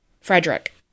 Frederick